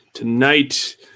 tonight